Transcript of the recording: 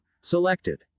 selected